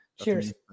Cheers